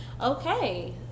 Okay